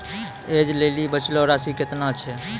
ऐज लेली बचलो राशि केतना छै?